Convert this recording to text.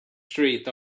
street